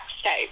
state